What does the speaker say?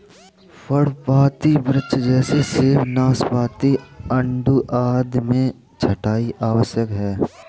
पर्णपाती वृक्ष जैसे सेब, नाशपाती, आड़ू आदि में छंटाई आवश्यक है